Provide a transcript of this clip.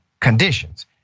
conditions